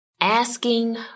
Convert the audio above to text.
asking